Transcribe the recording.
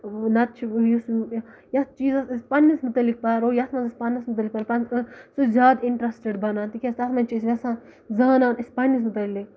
نہ تہٕ چھُ یُس یَتھ چیٖزَس أسۍ پَنٕنِس مُتعلِق پَرو یَتھ منٛز پانَس مُتعلِق سُہ زیادٕ اِنٹرَسٹِڈ بَنان تِکیازِ تَتھ منٛز چھُ یَژھان زانان أسۍ پَنٕنِس مُتعلِق